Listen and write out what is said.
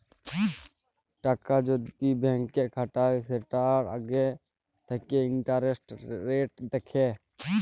টাকা যদি ব্যাংকে খাটায় সেটার আগে থাকে ইন্টারেস্ট রেট দেখে